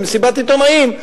במסיבת עיתונאים,